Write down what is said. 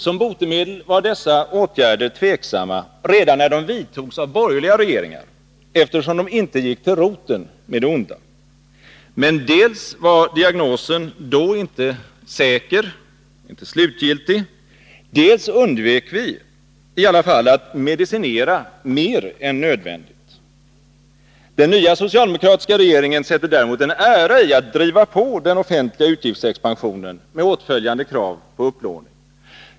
Som botemedel var dessa åtgärder tvivelaktiga redan när de vidtogs av borgerliga regeringar, eftersom de inte gick till roten med det onda. Men dels var diagnosen då inte säker och slutgiltig, dels undvek vi i alla fall att medicinera mer än nödvändigt. Den nya socialdemokratiska regeringen sätter däremot en ära i att driva på den offentliga utgiftsexpansionen med åtföljande krav på upplåning.